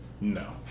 No